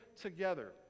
together